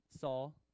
Saul